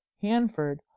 Hanford